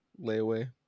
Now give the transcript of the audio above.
layaway